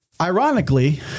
Ironically